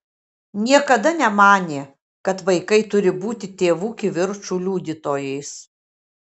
niekada nemanė kad vaikai turi būti tėvų kivirčų liudytojais